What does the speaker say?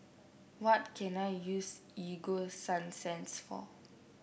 what can I use Ego Sunsense for